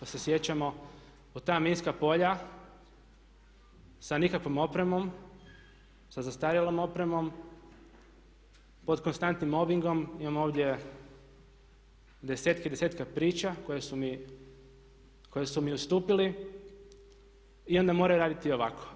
Ako se sjećamo u ta minska polja sa nikakvom opremom, sa zastarjelom opremom pod konstantnim mobingom imamo ovdje desetke i desetke priča koje su mi ustupili i onda moraju ovako.